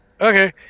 Okay